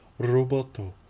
Roboto